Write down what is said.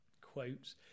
quotes